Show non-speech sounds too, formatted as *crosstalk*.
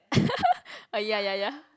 *laughs* ah ya ya ya